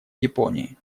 японии